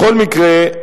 בכל מקרה,